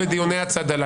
השר לא